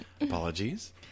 Apologies